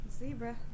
Zebra